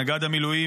נגד המילואים,